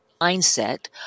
mindset